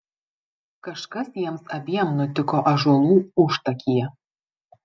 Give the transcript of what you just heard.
kažkas jiems abiem nutiko ąžuolų užtakyje